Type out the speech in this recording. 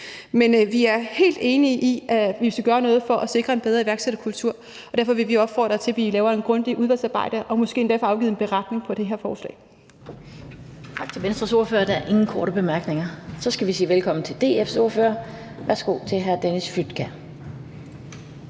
Men vi er helt enige i, at vi skal gøre noget for at sikre en bedre iværksætterkultur, og derfor vil vi opfordre til, at vi laver et grundigt udvalgsarbejde og måske endda får afgivet en beretning til det her forslag.